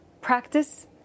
practice